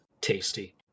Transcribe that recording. Tasty